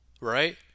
right